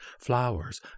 flowers